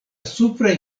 supraj